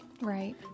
Right